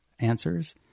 answers